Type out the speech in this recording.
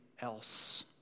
else